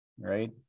right